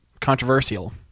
controversial